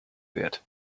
wird